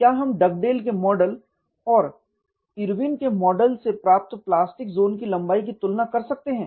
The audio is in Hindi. क्या हम डगडेल के मॉडल और इरविन के मॉडल से प्राप्त प्लास्टिक ज़ोन की लंबाई की तुलना कर सकते हैं